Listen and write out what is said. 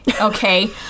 Okay